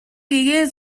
гэгээн